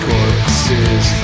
Corpses